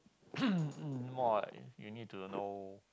more like you need to know